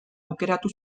aukeratu